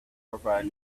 provide